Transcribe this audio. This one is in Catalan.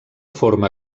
forma